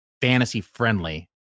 fantasy-friendly